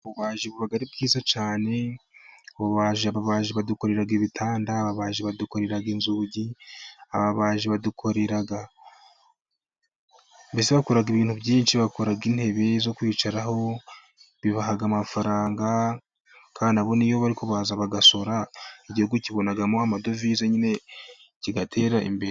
Ububaji buba ari bwiza cyane, ububaji ababaji badukore ibitanda, ababaji badukorera inzugi, ababaji badukora mbese badukorera ibintu byinshi, bakora intebe zo kwica bibaha amafaranga, kandi nabo niyo bari kubaza bagasora igihugu kibonamo amadovize nyine kigatera imbere.